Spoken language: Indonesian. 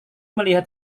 melihat